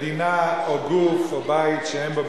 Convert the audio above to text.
לקחת בחשבון את